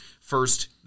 first